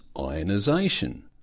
ionization